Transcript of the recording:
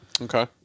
Okay